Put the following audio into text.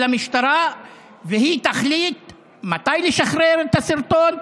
המשטרה שהיא תחליט מתי לשחרר את הסרטון,